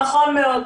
נכון מאוד.